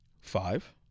five